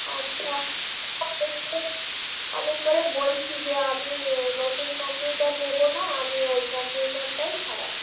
আচ্ছা অনেক করে বলছি যে আমি নতুন কম্পিউটার নেব না আমি ওই কম্পিউটারটাই সারাবো